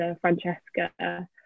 Francesca